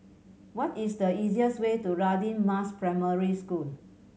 what is the easiest way to Radin Mas Primary School